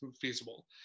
feasible